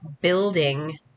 building